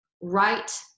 right